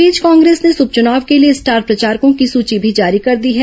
इस बीच कांग्रेस ने इस उपचुनाव के लिए स्टार प्रचारकों की सूची भी जारी कर दी है